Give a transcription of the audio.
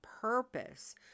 purpose